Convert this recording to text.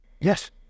Yes